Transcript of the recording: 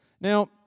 Now